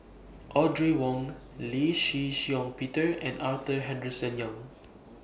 Audrey Wong Lee Shih Shiong Peter and Arthur Henderson Young